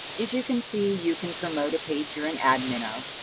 as you can see you can promote a page you're an admin of.